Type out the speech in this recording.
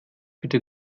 bitte